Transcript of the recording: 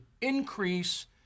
increase